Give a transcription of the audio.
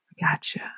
gotcha